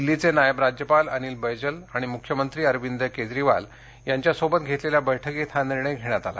दिल्लीचे नायब राज्यपाल अनिल बैजल आणि मुख्यमंत्री अरविंद केजरीवाल यांच्यासोबत आज घेतलेल्या बैठकीत हा निर्णय घेण्यात आलं